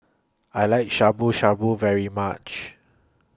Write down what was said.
I like Shabu Shabu very much